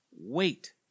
wait